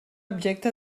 objecte